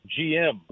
GM